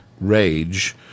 rage